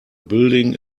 building